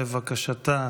לבקשתה,